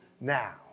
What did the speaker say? now